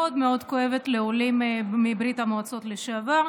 מאוד כואבת לעולים מברית המועצות לשעבר,